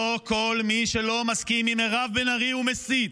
לא כל מי שלא מסכים עם מירב בן ארי הוא מסית.